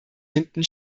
hinten